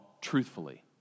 truthfully